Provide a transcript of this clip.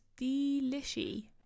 delishy